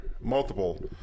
multiple